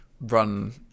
run